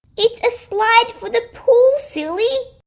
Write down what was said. it's a slide for the pool silly!